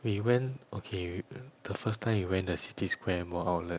we went okay the first time we went the city square mall outlet